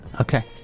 Okay